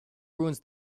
ruins